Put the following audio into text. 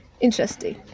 Interesting